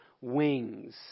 wings